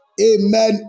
Amen